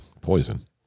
poison